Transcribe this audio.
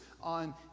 on